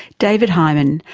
david heymann,